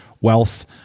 wealth